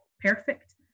perfect